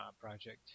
project